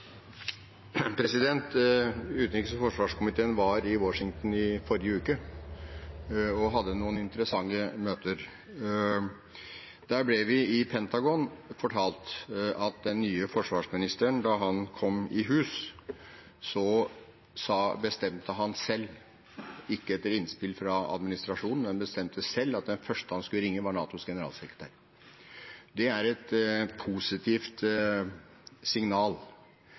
og forsvarskomiteen var i Washington i forrige uke og hadde noen interessante møter. I Pentagon ble vi fortalt at da den nye forsvarsministeren kom i hus, bestemte han selv – ikke etter innspill fra administrasjonen, men han bestemte selv – at den første han skulle ringe, var NATOs generalsekretær. Det er et positivt signal.